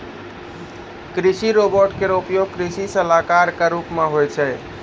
कृषि रोबोट केरो उपयोग कृषि सलाहकार क रूप मे होय छै